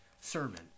sermon